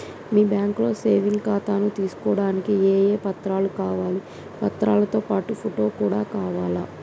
మీ బ్యాంకులో సేవింగ్ ఖాతాను తీసుకోవడానికి ఏ ఏ పత్రాలు కావాలి పత్రాలతో పాటు ఫోటో కూడా కావాలా?